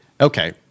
Okay